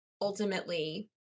ultimately